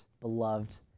beloved